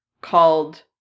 called